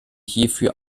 hierfür